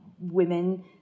women